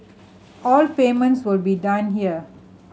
all payments will be done here